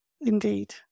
Indeed